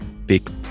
big